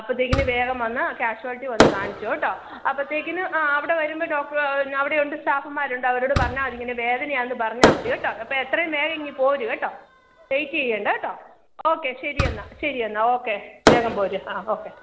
അപ്പോഴത്തേക്കിന് വേഗം വന്ന് കാഷ്വാല്റ്റി വന്ന് കാണിച്ചോ കേട്ടോ അപ്പൊഴത്തേക്കിന് ആ അവിടെ വരുന്ന ഡോക്ടർ അവിടെ ഉണ്ട് സ്റ്റാഫുമാർ ഉണ്ട് അവരോട് പറഞ്ഞാൽ അവർ ഇങ്ങനെ വേദനയാണെന്ന് പറഞ്ഞാൽ മതി കേട്ടോ അപ്പോൾ എത്രയും വേഗം ഇങ്ങ് പോര് കേട്ടോ വെയിറ്റ് ചെയ്യണ്ട കേട്ടോ ഓക്കെ ശരി എന്നാൽ ശരി എന്നാൽ ഓക്കെ വേഗം പോര് ആ ഓക്കെ